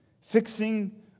Fixing